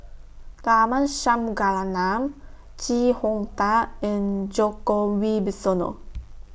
Tharman Shanmugaratnam Chee Hong Tat and Djoko Wibisono